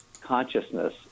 consciousness